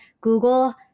Google